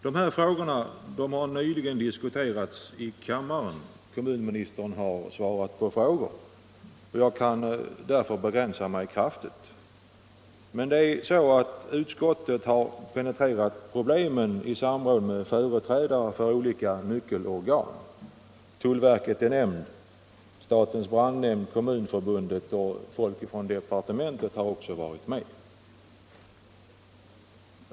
De här tingen har nyligen diskuterats i kammaren i samband med att kommunministern har svarat på frågor, och jag kan därför begränsa mig kraftigt. Utskottet har penetrerat problemen i samråd med företrädare för olika nyckelorgan; tullverket är nämnt, men statens brandnämnd, Kommunförbundet och folk från departementet har också varit med.